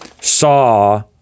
saw